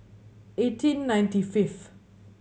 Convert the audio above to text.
eighteen ninety fifth